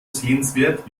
sehenswert